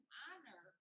honor